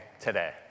today